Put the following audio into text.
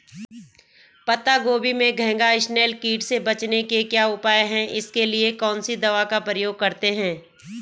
पत्ता गोभी में घैंघा इसनैल कीट से बचने के क्या उपाय हैं इसके लिए कौन सी दवा का प्रयोग करते हैं?